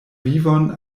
vivon